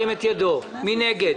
מי נגד?